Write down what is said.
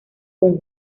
con